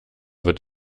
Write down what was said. wird